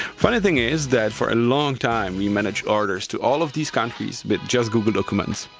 funny thing is that for a long time we managed orders to all of these countries with just google documents.